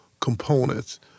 components